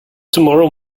tomorrow